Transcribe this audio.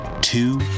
two